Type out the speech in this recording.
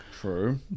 True